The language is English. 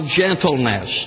gentleness